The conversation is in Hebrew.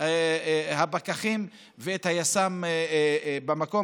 הפקחים ואת היס"מ במקום.